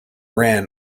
ran